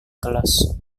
kelas